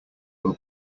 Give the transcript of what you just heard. will